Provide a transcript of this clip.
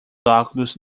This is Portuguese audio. óculos